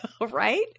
right